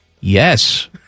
Yes